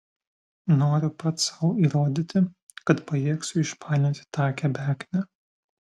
noriu pats sau įrodyti kad pajėgsiu išpainioti tą kebeknę